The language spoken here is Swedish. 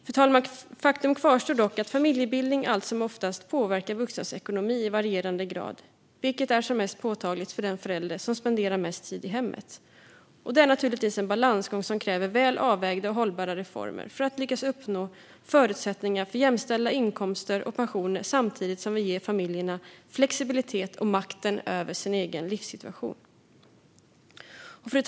Fru talman! Faktum kvarstår dock att familjebildning allt som oftast påverkar vuxnas ekonomi i varierande grad, vilket är mest påtagligt för den förälder som spenderar mest tid i hemmet. Det är en balansgång som kräver väl avvägda och hållbara reformer för att lyckas uppnå förutsättningar för jämställda inkomster och pensioner samtidigt som vi ger familjerna flexibilitet och makt över sin egen livssituation. Fru talman!